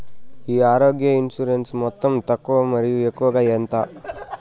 ఈ ఆరోగ్య ఇన్సూరెన్సు మొత్తం తక్కువ మరియు ఎక్కువగా ఎంత?